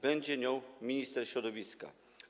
Będzie nią minister środowiska.